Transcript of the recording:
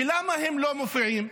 ולמה הם לא מופיעים?